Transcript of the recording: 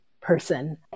person